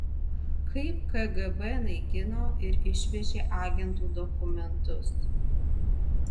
kaip kgb naikino ir išvežė agentų dokumentus